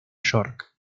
york